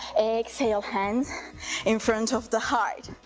exhale hands in front of the heart,